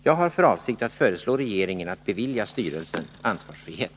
Jag har för avsikt att föreslå regeringen att bevilja styrelsen ansvarsfrihet.